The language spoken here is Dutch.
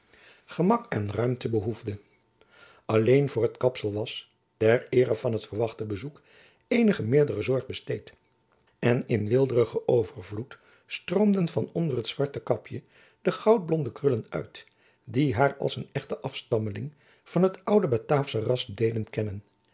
gemak en ruimte behoefde alleen voor het kapsel was ter eere van het verwachte bezoek eenige meerdere zorg besteed en in weelderigen overvloed stroomden van onder het zwarte kapjen de goudblonde krullen uit die haar als een echte afstammeling van het oude batavische ras deden kennen